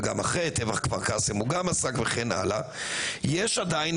וגם אחרי בטבח כפר קאסם הוא גם עסק וכן הלאה יש עדיין